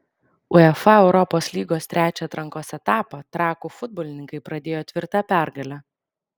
uefa europos lygos trečią atrankos etapą trakų futbolininkai pradėjo tvirta pergale